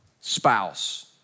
spouse